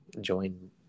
join